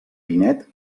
pinet